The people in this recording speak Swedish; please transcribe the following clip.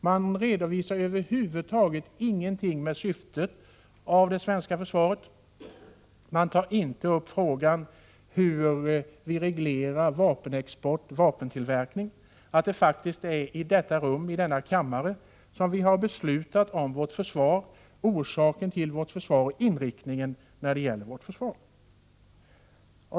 Här finns över huvud taget ingen redovisning av syftet med det svenska försvaret, inte heller någon uppgift om hur vapenexport och vapentillverkning regleras eller om att det faktiskt är i denna kammare som beslut om försvaret och dess inriktning fattas.